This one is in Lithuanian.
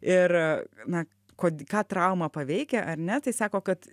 ir na kod ką trauma paveikia ar ne tai sako kad